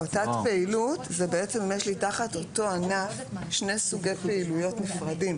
תת-פעילות זה שיש לי תחת אותו ענף שני סוגי פעילויות נפרדים,